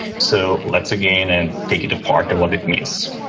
so let's again and take it apart and what it means.